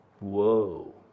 Whoa